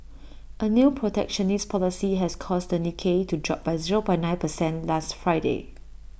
A new protectionist policy has caused the Nikkei to drop by zero point nine percent last Friday